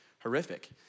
horrific